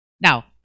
Now